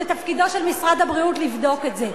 זה תפקידו של משרד הבריאות לבדוק את זה.